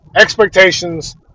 expectations